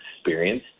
experience